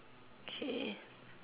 okay